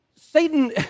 Satan